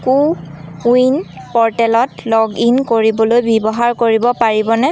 কো win প'ৰ্টেলত log in কৰিবলৈ ব্যৱহাৰ কৰিব পাৰিবনে